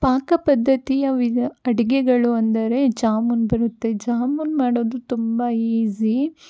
ಪಾಕ ಪದ್ಧತಿಯ ವಿಧ ಅಡುಗೆಗಳು ಅಂದರೆ ಜಾಮೂನು ಬರುತ್ತೆ ಜಾಮೂನು ಮಾಡೋದು ತುಂಬ ಈಸಿ